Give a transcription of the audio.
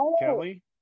Kelly